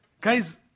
guys